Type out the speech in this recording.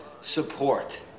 support